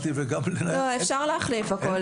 אפשר להחליף הכול